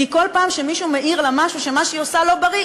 כי כל פעם שמישהו מעיר לה משהו שמה שהיא עושה לא בריא,